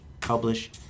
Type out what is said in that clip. publish